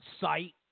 site